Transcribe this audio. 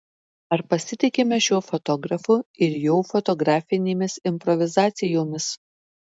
ar pasitikime šiuo fotografu ir jo fotografinėmis improvizacijomis